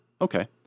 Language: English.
Okay